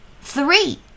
Three